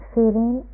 Feeling